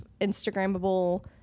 instagramable